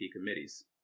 committees